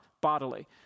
bodily